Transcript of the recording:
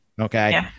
Okay